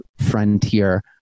frontier